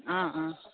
অঁ অঁ